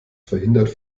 verhindert